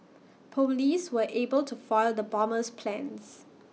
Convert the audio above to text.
Police were able to foil the bomber's plans